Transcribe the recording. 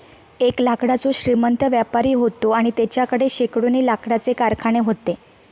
एक लाकडाचो श्रीमंत व्यापारी व्हतो आणि तेच्याकडे शेकडोनी लाकडाचे कारखाने व्हते